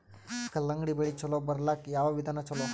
ಕಲ್ಲಂಗಡಿ ಬೆಳಿ ಚಲೋ ಬರಲಾಕ ಯಾವ ವಿಧಾನ ಚಲೋ?